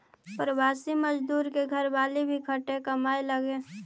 प्रवासी मजदूर के घरवाली भी खटे कमाए लगऽ हई आउ उ लोग के लइकन के पढ़ाई पर कोई ध्याने न देवऽ हथिन